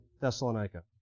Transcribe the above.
Thessalonica